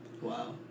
Wow